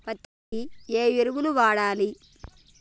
పత్తి కి ఏ ఎరువులు వాడాలి?